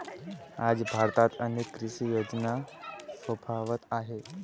आज भारतात अनेक कृषी योजना फोफावत आहेत